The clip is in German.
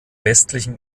westlichen